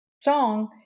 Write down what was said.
song